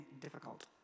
difficult